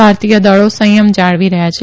ભારતીય દળો સંયમ જાળવી રહયાં છે